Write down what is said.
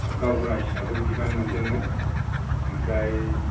गावबुरा हिसाबै बिबान मोन्दोंमोन आमफ्राय